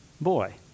boy